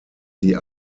sie